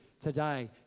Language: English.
today